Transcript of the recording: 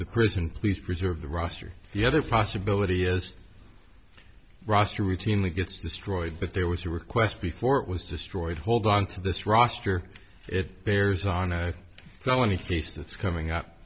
the prison please preserve the roster the other possibility is ross routinely gets destroyed but there was a request before it was destroyed hold on to this roster it bears on a felony case that's coming up